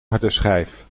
hardeschijf